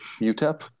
UTEP